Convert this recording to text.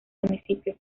municipio